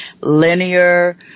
linear